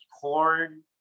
corn